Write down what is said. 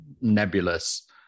nebulous